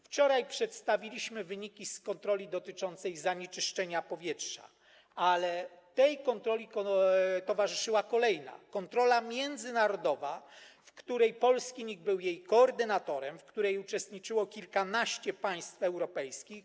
Wczoraj przedstawiliśmy wyniki z kontroli dotyczącej zanieczyszczenia powietrza, ale tej kontroli towarzyszyła kolejna kontrola międzynarodowa, której polski NIK był koordynatorem i w której uczestniczyło kilkanaście państw europejskich.